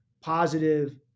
positive